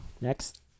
Next